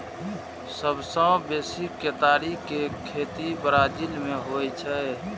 सबसं बेसी केतारी के खेती ब्राजील मे होइ छै